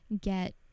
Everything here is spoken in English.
get